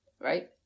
Right